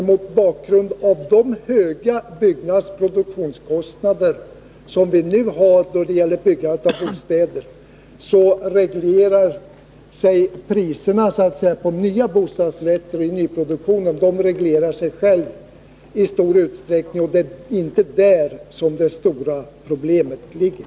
Med de höga byggnadsproduktionskostnaderna för bostäder som vi nu har reglerar priserna på bostadsrätter i nyproduktion sig själva i stor utsträckning — det är inte där det stora problemet ligger.